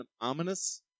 ominous